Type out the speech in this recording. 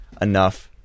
enough